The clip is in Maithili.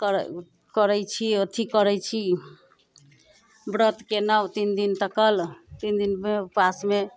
कर करैत छी अथी करैत छी व्रत केलहुँ तीन दिन तकल तीन दिनमे उपवासमे